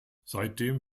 seitdem